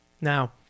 Now